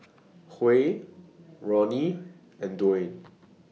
Huy Roni and Dayne